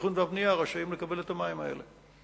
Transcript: התכנון והבנייה רשאים לקבל את המים האלה.